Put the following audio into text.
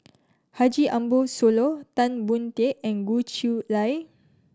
Haji Ambo Sooloh Tan Boon Teik and Goh Chiew Lye